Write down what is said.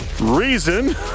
reason